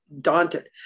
daunted